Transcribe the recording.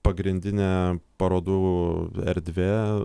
pagrindinė parodų erdvė